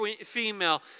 female